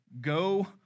go